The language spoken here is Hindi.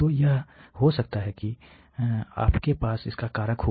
तो यह हो सकता है कि आपके पास इसका कारक हो